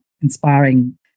inspiring